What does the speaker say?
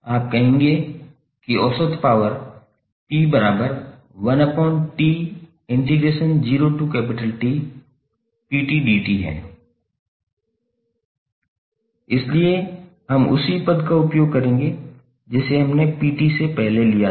आप कहेंगे कि औसत पावर 𝑃1𝑇 है इसलिए हम उसी पद का उपयोग करेंगे जिसे हमने 𝑝𝑡 से पहले लिया था